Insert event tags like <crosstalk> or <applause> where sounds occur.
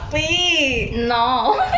no <laughs>